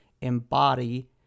embody